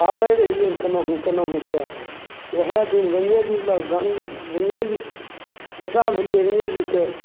काटै रहियै केनाहु केनाहुके ओहए दिन गङ्गेजी लग गङ्गे गङ्गाजीके बेटा भेलियै गङ्गेजीके